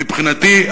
מבחינתי,